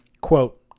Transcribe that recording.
quote